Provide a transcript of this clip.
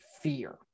fear